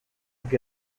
que